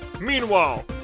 Meanwhile